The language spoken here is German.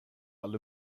alle